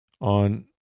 on